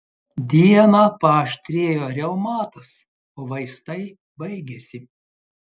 dieną paaštrėjo reumatas o vaistai baigėsi